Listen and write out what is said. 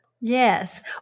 Yes